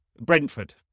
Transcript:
Brentford